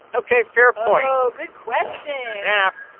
ok, fair point oh, good question snap.